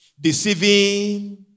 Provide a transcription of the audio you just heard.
Deceiving